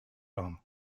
home